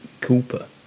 Cooper